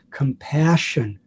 compassion